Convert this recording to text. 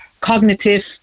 cognitive